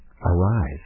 arise